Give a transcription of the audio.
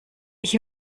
ich